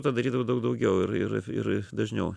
tą darydavau daug daugiau ir ir ir dažniau